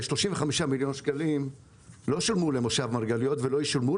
35 מיליון שקלים לא שילמו למושב מרגליות